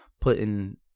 putting